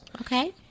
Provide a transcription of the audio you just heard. okay